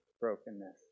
brokenness